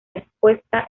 expuesta